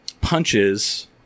punches